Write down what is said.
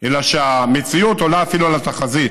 אלא שהמציאות עולה אפילו על התחזית,